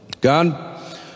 God